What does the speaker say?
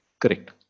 Correct